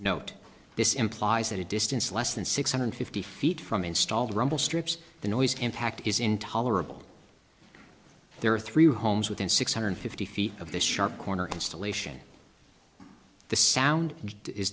note this implies that a distance less than six hundred fifty feet from installed rumble strips the noise impact is intolerable there are three homes within six hundred fifty feet of the sharp corner installation the sound is